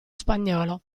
spagnolo